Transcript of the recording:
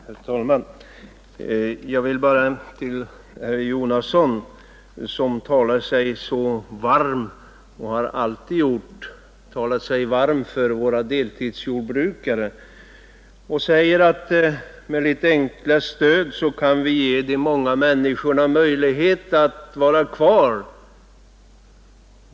Herr talman! Jag vill bara säga några ord till herr Jonasson som talar sig så varm — som han alltid gjort — för våra småbruksoch deltidsjordbrukare och säger att vi med litet enkla stöd kan ge de många människorna där möjlighet att vara kvar.